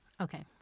Okay